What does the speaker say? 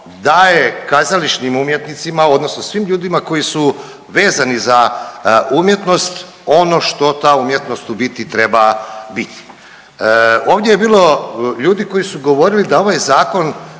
daje kazališnim umjetnicima odnosno svim ljudima koji su vezani za umjetnost ono što ta umjetnost u biti treba biti. Ovdje je bilo ljudi koji su govorili da je ovaj zakon